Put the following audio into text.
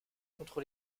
contre